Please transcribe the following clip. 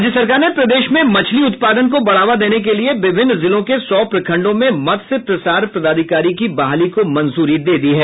राज्य सरकार ने प्रदेश में मछली उत्पादन को बढ़ावा देने के लिये विभिन्न जिलों के सौ प्रखंडों में मत्स्य प्रसार पदाधिकारी की बहाली को मंजूरी दी है